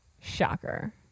shocker